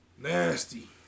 Nasty